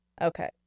Okay